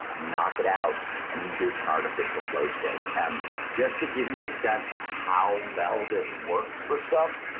knock it out and induce an artificial flow state. and just to give you a sense of how well this works for stuff,